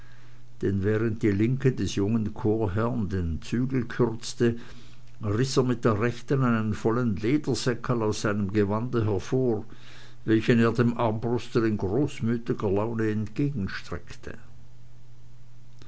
denn während die linke des jungen chorherrn den zügel kürzte riß er mit der rechten einen vollen ledersäckel aus seinem gewande hervor welchen er dem armbruster in großmütiger laune entgegenstreckte